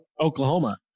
Oklahoma